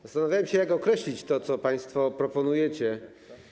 Zastanawiałem się, jak określić to, co państwo proponujecie.